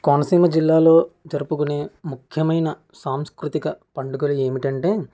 కోనసీమ జిల్లాలో జరుపుకునే ముఖ్యమైన సాంస్కృతిక పండుగలు ఏమిటంటే